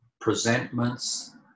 presentments